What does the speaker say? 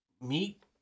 meat